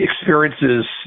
experiences